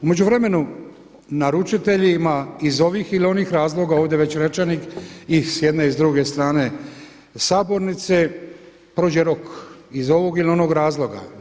U međuvremenu naručiteljima iz ovih ili onih razloga ovdje već rečenih i s jedne i s druge strane sabornice prođe rok ili ovog ili onog razloga.